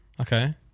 Okay